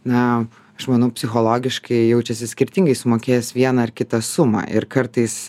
na aš manau psichologiškai jaučiasi skirtingai sumokėjęs vieną ar kitą sumą ir kartais